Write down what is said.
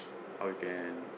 how you can